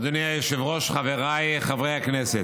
אדוני היושב-ראש, חבריי חברי הכנסת,